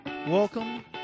Welcome